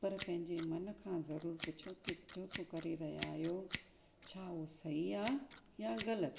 पर पंहिंजे मन खां ज़रूरु पुछो कि जो को करे रहिया आहियो छा हू सही आहे या ग़लति